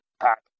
pack